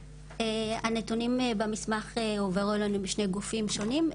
הנתונים במסמך הועברו לנו בשני גופים שונים,